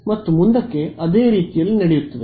ಮತ್ತು ಮುಂದಕ್ಕೆ ಅದೇ ರೀತಿಯಲ್ಲಿ ನಡೆಯುತ್ತದೆ